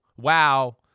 wow